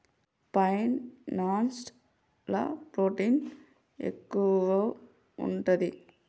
pine nuts ల protein ఎక్కువు ఉంటది